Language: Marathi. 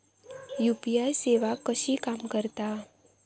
यू.पी.आय सेवा कशी काम करता?